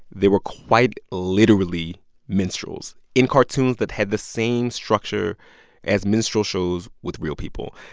they were quite literally minstrels in cartoons that had the same structure as minstrel shows with real people.